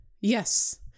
Yes